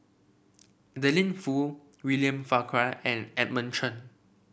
Adeline Foo William Farquhar and Edmund Chen